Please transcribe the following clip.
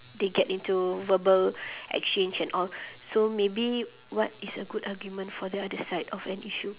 they get into verbal exchange and all so maybe what is a good argument for the other side of an issue